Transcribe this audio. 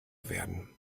werden